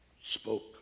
spoke